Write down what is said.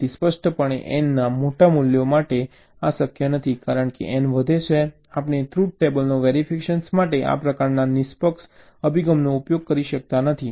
તેથી સ્પષ્ટપણે N ના મોટા મૂલ્યો માટે આ શક્ય નથી કારણ કે N વધે છે આપણે ટ્રુથ ટેબલના વેરિફિકેશન માટે આ પ્રકારના નિષ્કપટ અભિગમનો ઉપયોગ કરી શકતા નથી